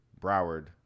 Broward